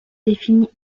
définit